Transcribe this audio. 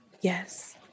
Yes